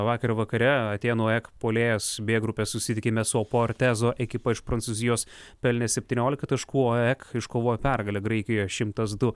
vakar vakare atėnų ek puolėjas b grupės susitikime su portezo ekipa iš prancūzijos pelnė septyniolika taškų o ek iškovojo pergalę graikijoje šimtas du